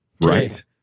Right